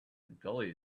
goalie